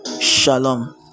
Shalom